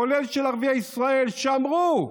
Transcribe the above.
כולל של ערביי ישראל, שאמרו,